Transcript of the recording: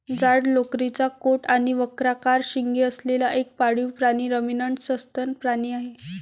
जाड लोकरीचा कोट आणि वक्राकार शिंगे असलेला एक पाळीव प्राणी रमिनंट सस्तन प्राणी आहे